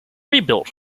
rebuilt